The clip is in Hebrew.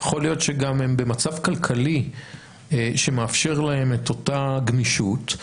יכול להיות שגם הם במצב כלכלי שמאפשר להם את אותה גמישות.